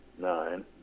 nine